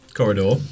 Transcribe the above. corridor